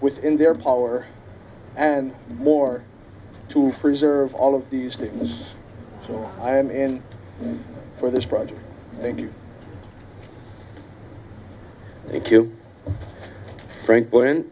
within their power and more to preserve all of these things i'm in for this project thank you thank you frank